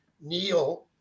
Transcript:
Neil